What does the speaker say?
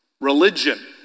Religion